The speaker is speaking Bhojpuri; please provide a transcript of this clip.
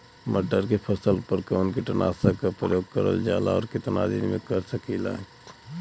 मटर के फसल पर कवन कीटनाशक क प्रयोग करल जाला और कितना में कर सकीला?